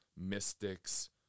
mystics